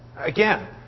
Again